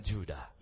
Judah